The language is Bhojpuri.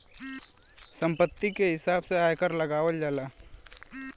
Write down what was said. संपत्ति के हिसाब से आयकर लगावल जाला